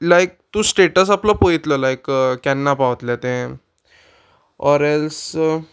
लायक तूं स्टेटस आपलो पळयतलो लायक केन्ना पावतले तें ऑर एल्स